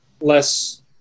less